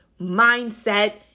mindset